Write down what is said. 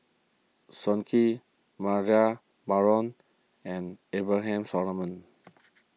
Sun Yee Baharom and Abraham Solomon